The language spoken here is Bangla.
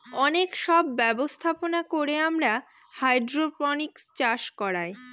অনেক সব ব্যবস্থাপনা করে আমরা হাইড্রোপনিক্স চাষ করায়